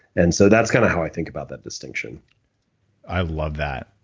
and so that's kind of how i think about that distinction i love that.